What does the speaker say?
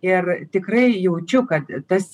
ir tikrai jaučiu kad tas